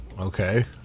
Okay